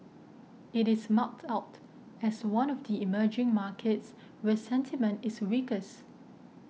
it is marked out as one of the emerging markets where sentiment is weakest